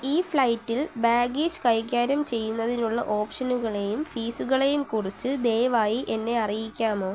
ഈ ഫ്ലൈറ്റിൽ ബാഗേജ് കൈകാര്യം ചെയ്യുന്നതിനുള്ള ഓപ്ഷനുകളേയും ഫീസുകളേയും കുറിച്ച് ദയവായി എന്നെ അറിയിക്കാമോ